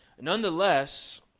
Nonetheless